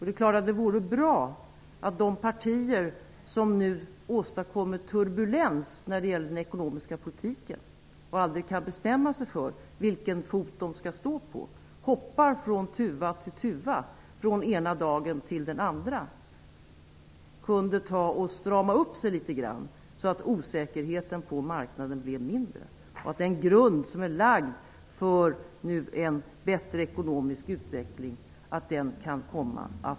Det är klart att det vore bra att de partier som nu åstadkommer turbulens när det gäller den ekonomiska politiken och aldrig kan bestämma sig för vilken fot de skall stå på -- de hoppar från tuva till tuva, från ena dagen till den andra -- kunde ta och strama upp sig litet grand, så att osäkerheten på marknaden blev mindre. Då kunde man arbeta vidare på den grund som är lagd för en bättre ekonomisk utveckling.